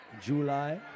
July